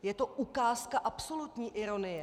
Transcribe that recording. Je to ukázka absolutní ironie.